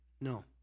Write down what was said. No